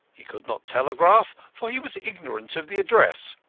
he could not telegraph, for he was ignorant of the address.